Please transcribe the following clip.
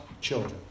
children